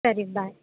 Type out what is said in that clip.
ಸರಿ ಬಾಯ್